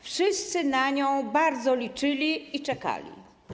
Wszyscy na nią bardzo liczyli i czekali.